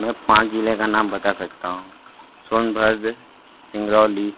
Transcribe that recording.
मैं पाँच ज़िले का नाम बता सकता हूँ सोनभद्र सिंगरौली